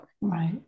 Right